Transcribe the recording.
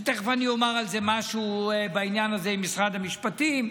ותכף אומר משהו על העניין הזה עם משרד המשפטים,